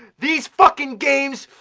these fucking games!